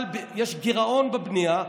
אבל יש גרעון בבנייה,